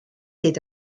hyd